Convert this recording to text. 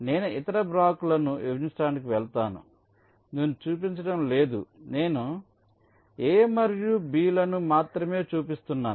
నేను ఇతర బ్లాకులను విభజించటానికి వెళ్తాను నేను చూపించడం లేదు నేను A మరియు B లను మాత్రమే చూపిస్తున్నాను